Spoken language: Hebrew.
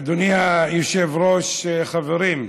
אדוני היושב-ראש, חברים,